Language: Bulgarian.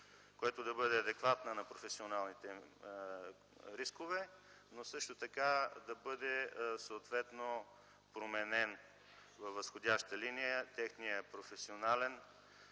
което да бъде адекватно на професионалните им рискове, но също така да бъде съответно променен във възходяща линия техният професионален